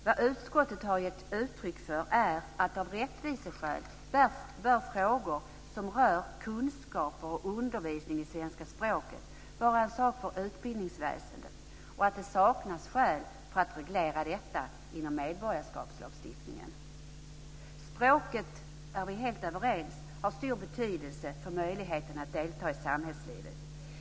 Vad utskottet har gett uttryck för är att av rättviseskäl bör frågor som rör kunskaper och undervisning i svenska språket vara en sak för utbildningsväsendet och att det saknas skäl för att reglera detta inom medborgarlagstiftningen. Språket, det är vi helt överens om, har stor betydelse för möjligheten att delta i samhällslivet.